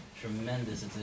tremendous